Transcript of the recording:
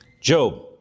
Job